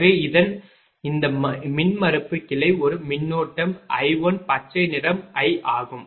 எனவே இதன் இந்த மின்மறுப்பு கிளை ஒரு மின்னோட்டம் I1 பச்சை நிறம் 1 ஆகும்